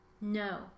No